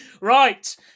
Right